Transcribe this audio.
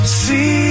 see